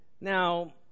Now